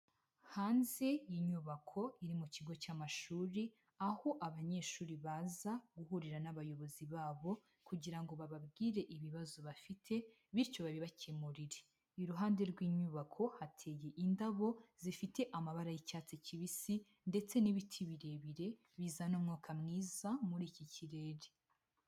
Hanze y'inyubako iri mu kigo cy'amashuri, aho abanyeshuri baza guhurira n'abayobozi babo kugira ngo bababwire ibibazo bafite, bityo babibakemurire. Iruhande rw'inyubako hateye indabo zifite amabara y'icyatsi kibisi, ndetse n'ibiti birebire bizana umwuka mwiza muri iki kirere.